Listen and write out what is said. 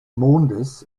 mondes